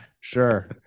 sure